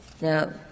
Now